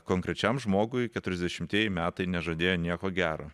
konkrečiam žmogui keturiasdešimtieji metai nežadėjo nieko gero